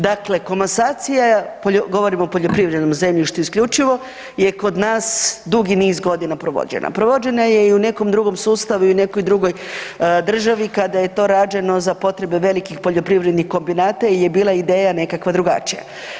Dakle komasacija, govorim o poljoprivrednom zemljištu isključivo je kod nas dugi niz godina provođena, provođena je i u nekom drugom sustavu i u nekoj drugoj državi kada je to rađeno za potrebe velikih poljoprivrednih kombinata jel je bila ideja nekakva drugačija.